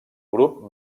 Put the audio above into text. grup